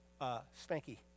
spanky